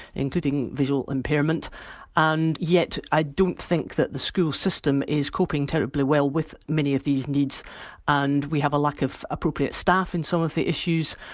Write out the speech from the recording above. including visual impairment and yet i don't think that the school system is coping terribly well with many of these needs and we have a lack of appropriate staff in some of the issues.